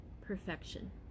perfection